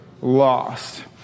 lost